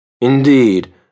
Indeed